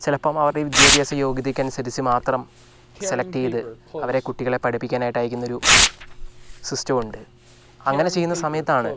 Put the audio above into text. ചിലപ്പം അവരുടെ വിദ്യാഭ്യാസ യോഗ്യതക്കനുസരിച്ച് മാത്രം സെലെക്റ്റ് ചെയ്ത് അവരെ കുട്ടികളെ പഠിപ്പിക്കാനായിട്ട് അയക്കുന്നൊരു സിസ്റ്റം ഉണ്ട് അങ്ങനെ ചെയ്യുന്ന സമയത്താണ്